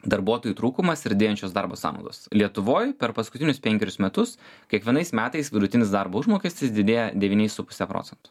darbuotojų trūkumas ir didėjančios darbo sąnaudos lietuvoj per paskutinius penkerius metus kiekvienais metais vidutinis darbo užmokestis didėjo devyniais su puse procento